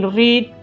read